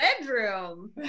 bedroom